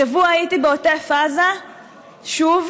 השבוע הייתי בעוטף עזה, שוב,